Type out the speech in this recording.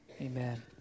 Amen